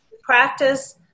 practice